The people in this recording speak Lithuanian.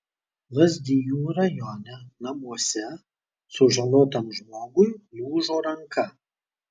lazdijų rajone namuose sužalotam žmogui lūžo ranka